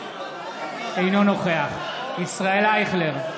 אינו נוכח ישראל אייכלר,